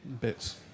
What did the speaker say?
bits